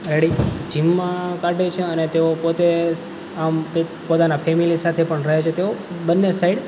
ready જિમમાં કાઢે છે અને તેઓ પોતે આમ કઈંક પોતાનાં ફેમેલી સાથે પણ રહે છે તેઓ બંને સાઈડ